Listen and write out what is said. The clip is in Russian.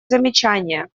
замечания